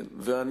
חלופה לעשירים.